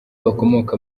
bakomoka